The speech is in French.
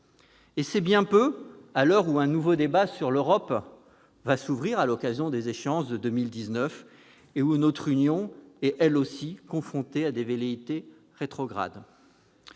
Et c'est bien peu, à l'heure où un nouveau débat sur l'Europe va s'ouvrir, à l'occasion des échéances de 2019, et où l'Union est elle aussi confrontée à des velléités rétrogrades.